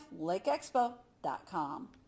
lakeexpo.com